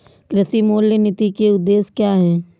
कृषि मूल्य नीति के उद्देश्य क्या है?